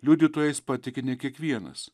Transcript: liudytojais patiki ne kiekvienas